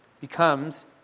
becomes